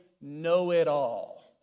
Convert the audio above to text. know-it-all